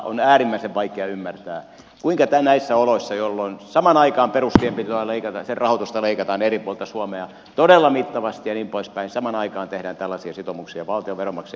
on äärimmäisen vaikea ymmärtää kuinka näissä oloissa jolloin samaan aikaan perustienpitoa leikataan sen rahoitusta leikataan eri puolilta suomea todella mittavasti ja niin poispäin samaan aikaan tehdään tällaisia sitoumuksia valtion ja veronmaksajien yhteiseen piikkiin